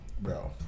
Bro